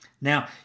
Now